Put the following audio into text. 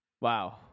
wow